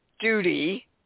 duty